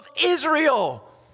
Israel